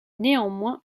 néanmoins